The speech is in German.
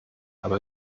aber